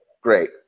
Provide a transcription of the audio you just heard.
Great